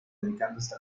dedicándose